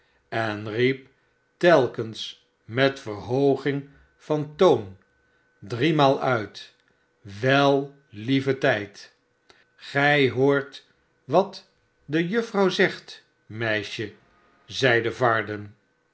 en riep telkens met verhooging van toon driemalen uit wel lieve tijd gij hoort wat de juffrouw zegt meisje zeide varden